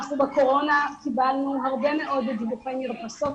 בקורונה קיבלנו הרבה מאוד דיווחי מרפסות,